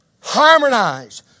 Harmonized